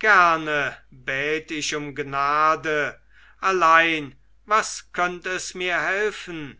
gerne bät ich um gnade allein was könnt es mir helfen